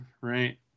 right